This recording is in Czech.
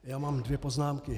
Já mám dvě poznámky.